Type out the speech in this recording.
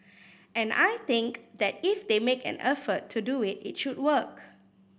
and I think that if they make an effort to do it it should work